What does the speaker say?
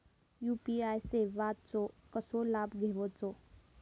UPI सेवाचो कसो लाभ घेवचो?